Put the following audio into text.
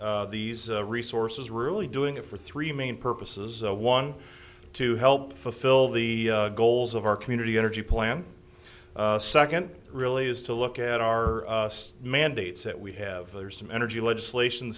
buy these resources really doing it for three main purposes one to help fulfill the goals of our community energy plan second really is to look at our mandates that we have energy legislation